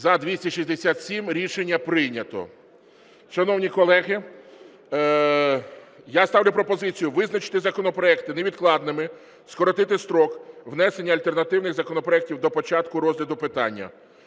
За-267 Рішення прийнято. Шановні колеги, я ставлю пропозицію визначити законопроекти невідкладними, скоротити строк внесення альтернативних законопроектів до початку розгляду питання.